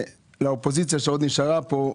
לאופוזיציה שעוד נשארה פה,